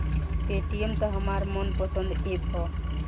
Paytm त हमार मन पसंद ऐप ह